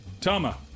Tama